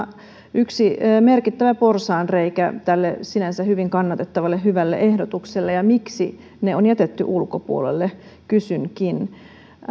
yksi merkittävä porsaanreikä tälle sinänsä hyvin kannatettavalle hyvälle ehdotukselle ja kysynkin miksi ne on jätetty ulkopuolelle